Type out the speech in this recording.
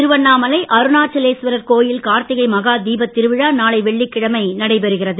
திருவண்ணாமலை அருணாச்சலேஸ்வரர் கோவில் கார்த்திகை மகா தீபத்திருவிழா நாளை வெள்ளிக்கிழமை நடைபெறுகிறது